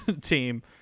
team